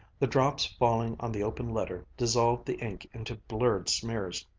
the drops falling on the open letter dissolved the ink into blurred smears.